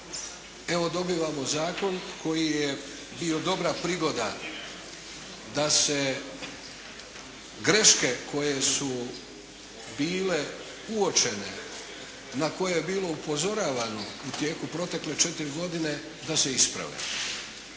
evo dobivamo zakon koji je bio dobra prigoda da se greške koje su bile uočene, na koje je bilo upozoravano u tijeku protekle 4 godine da se isprave.